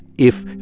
if